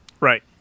right